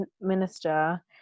minister